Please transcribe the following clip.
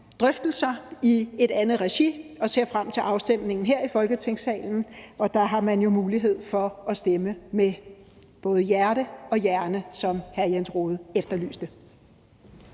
drøftelser i et andet regi og ser frem til afstemningen her i Folketingssalen, og der har man jo mulighed for at stemme med både hjerte og hjerne, som hr. Jens Rohde efterlyste.